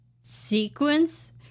sequence